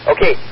Okay